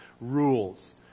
rules